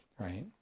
right